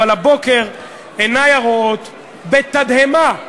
אבל הבוקר עיני הרואות בתדהמה,